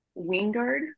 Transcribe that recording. wingard